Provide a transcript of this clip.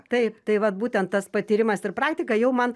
taip tai vat būtent tas patyrimas ir praktika jau man